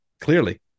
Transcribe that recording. clearly